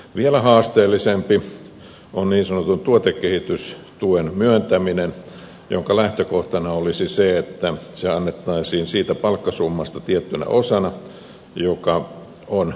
vielä haasteellisempi on niin sanotun tuotekehitystuen myöntäminen jonka lähtökohtana olisi se että se annettaisiin tiettynä osana siitä palkkasummasta joka on kohdistunut tuotekehitykseen